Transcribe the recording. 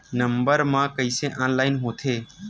Number मा कइसे online होथे?